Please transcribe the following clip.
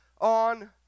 on